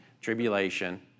tribulation